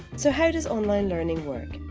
so how does online learning work?